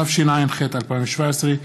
התשע"ח 2017,